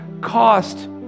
cost